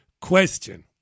question